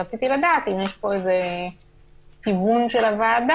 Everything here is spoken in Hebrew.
רציתי לדעת אם יש פה איזשהו כיוון של הוועדה